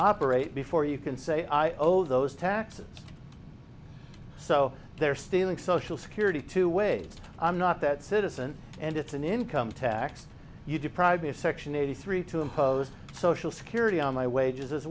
operate before you can say i owe those taxes so they're stealing social security two ways i'm not that citizen and it's an income tax you deprive me of section eighty three to impose social security on my wages as